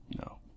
no